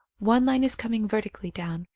one line is coming vertically down,